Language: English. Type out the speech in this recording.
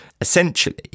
essentially